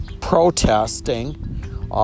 protesting